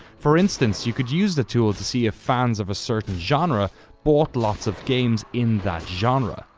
for instance you could use the tool to see if fans of a certain genre bought lots of games in that genre.